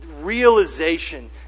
realization